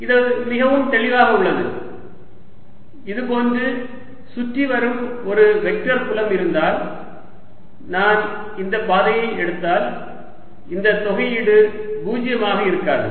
இது மிகவும் தெளிவாக உள்ளது இது போன்று சுற்றி வரும் ஒரு வெக்டர் புலம் இருந்தால் நான் இந்த பாதையை எடுத்தால் இந்த தொகையீடு பூஜ்ஜியமாக இருக்காது